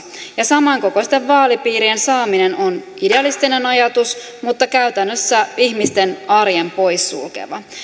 ja samankokoisten vaalipiirien saaminen on idealistinen mutta käytännössä ihmisten arjen pois sulkeva ajatus